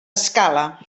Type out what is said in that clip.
escala